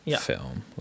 film